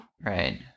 Right